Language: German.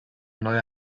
neue